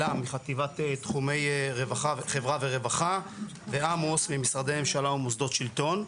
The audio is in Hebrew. עילם מחטיבת חברה ורווחה ועמוס ממשרדי ממשלה ומוסדות שלטון.